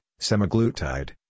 semaglutide